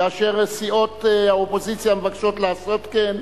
כאשר סיעות האופוזיציה מבקשות לעשות כן,